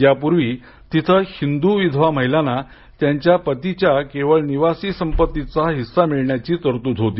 यापूर्वी तिथं हिंदु विधवा महिलांना त्यांच्या पतीच्या केवळ निवासी संपत्तीचा हिस्सा मिळण्याची तरतूद होती